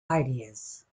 ideas